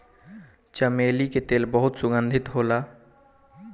चमेली के तेल बहुत सुगंधित होला